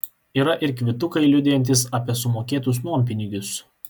yra ir kvitukai liudijantys apie sumokėtus nuompinigius